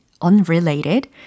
Unrelated